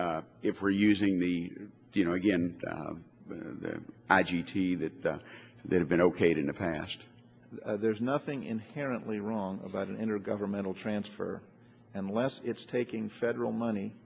if we're using the you know again i g t that there have been okayed in the past there's nothing inherently wrong about an intergovernmental transfer unless it's taking federal money